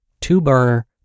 two-burner